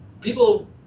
people